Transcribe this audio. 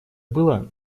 было